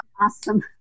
awesome